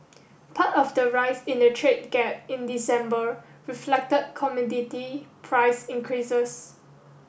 part of the rise in the trade gap in December reflected commodity price increases